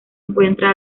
encuentra